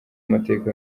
amateka